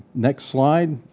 next slide.